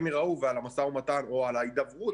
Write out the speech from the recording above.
ייראו ועל המשא והמתן - או על ההידברות,